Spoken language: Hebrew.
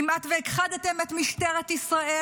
כמעט והכחדתם את משטרת ישראל,